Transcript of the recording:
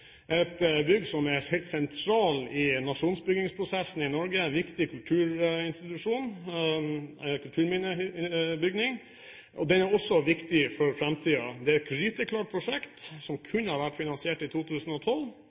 et bygg som er helt sentralt i nasjonsbyggingsprosessen i Norge, en viktig kulturinstitusjon og en kulturminnebygning. Den er også viktig for framtiden. Rehabiliteringen av den er et gryteklart prosjekt som kunne vært finansiert i 2012.